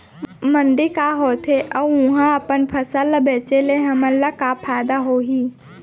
मंडी का होथे अऊ उहा अपन फसल ला बेचे ले हमन ला का फायदा होही?